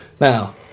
Now